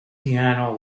piano